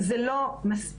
זה לא מספיק.